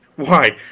why,